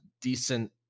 decent